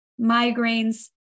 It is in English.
migraines